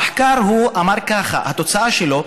המחקר אמר ככה, התוצאה שלו,